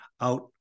out